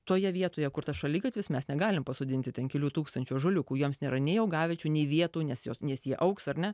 toje vietoje kur tas šaligatvis mes negalime pasodinti ten kelių tūkstančių ąžuoliukų joms nėra nei augaviečių nei vietų nes jos nes jie augs ar ne